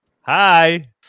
Hi